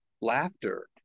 laughter